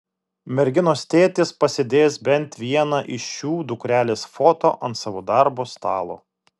merginos tėtis pasidės bent vieną iš šių dukrelės foto ant savo darbo stalo